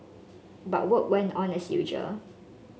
but work went on as usual